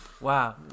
Wow